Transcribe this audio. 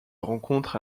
rencontre